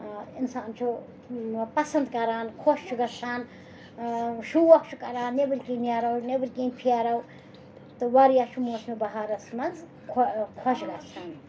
اِنسان چھُ پَسنٛد کَران خۄش چھُ گژھان شوق چھُ کَران نیٚبٕرۍ کِنۍ نیرو نیٚبٕرۍ کِنۍ پھیرو تہٕ واریاہ چھِ موسَمہِ بَہارَس منٛز خۄش گَژھان